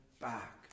back